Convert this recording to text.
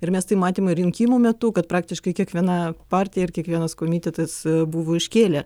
ir mes tai matėme rinkimų metu kad praktiškai kiekviena partija ir kiekvienas komitetas buvo iškėlę